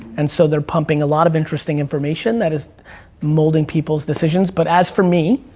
and so they're pumping a lot of interesting information that is molding people's decisions. but as for me,